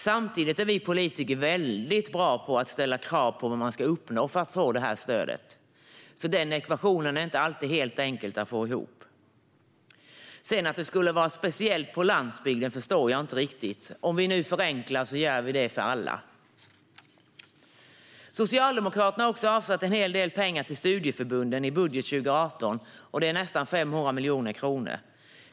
Samtidigt är vi politiker väldigt bra på att ställa krav på vad man ska uppnå för att få detta stöd. Den ekvationen är inte alltid helt enkel att få ihop. Och att det skulle vara speciellt på landsbygden förstår jag inte riktigt, för när vi förenklar gör vi det för alla. Regeringen har också avsatt en hel del pengar till studieförbunden i årets budget, nästan 500 miljoner.